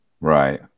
Right